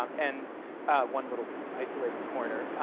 um and one little isolated corner.